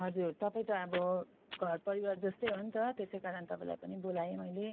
हजुर तपाईँ त अब घर परिवार जस्तै हो नि त त्यसै कारण तपाईँलाई पनि बोलाएँ मैले